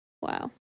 wow